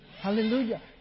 Hallelujah